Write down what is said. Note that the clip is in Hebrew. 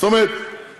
זאת אומרת,